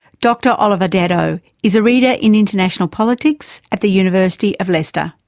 dr oliver daddow is a reader in international politics at the university of leicester.